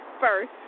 first